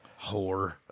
Whore